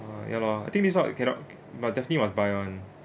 ah ya lor I think this what cannot but definitely must buy [one]